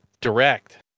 direct